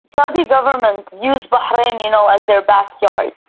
saudi government used bahrain, you know, as their backyard.